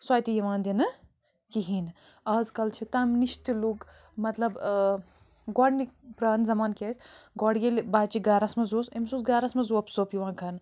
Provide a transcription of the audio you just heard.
سۄ تہِ یوان دنہٕ کہیٖنۍ آزکل چھِ تَمہِ نَش تہِ لوٗکھ مطلب ٲں گۄڈٕنٕکۍ پرٛانہِ زمانہِ کیٛاہ ٲسۍ گۄڈٕ ییٚلہِ بچہِ گھرَس منٛز اوس أمِس اوس گھرَس منٛز اوپ ژوپ یوان کرنہٕ